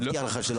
מבטיח לך שלא.